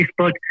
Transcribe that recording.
Facebook